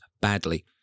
badly